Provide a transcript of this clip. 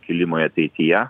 kilimui ateityje